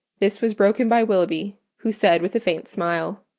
this was broken by willoughby, who said with a faint smile,